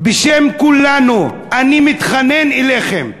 בשם כולנו, אני מתחנן אליכם: